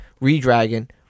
Redragon